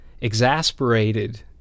exasperated